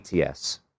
ATS